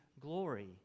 glory